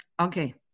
okay